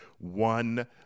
One